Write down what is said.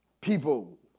people